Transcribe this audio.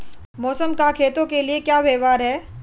मौसम का खेतों के लिये क्या व्यवहार है?